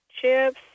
chips